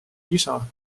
isa